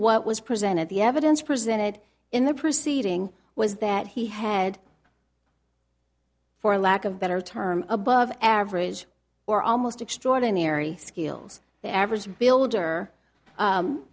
what was presented the evidence presented in the proceeding was that he had for lack of better term above average or almost extraordinary skills the average builder